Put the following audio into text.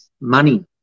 Money